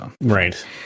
Right